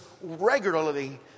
regularly